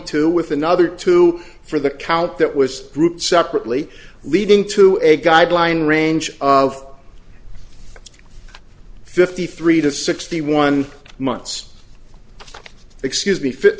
two with another two for the count that was grouped separately leading to a guideline range of fifty three to sixty one months excuse me fi